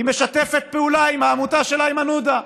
היא משתפת פעולה עם העמותה של איימן עודה.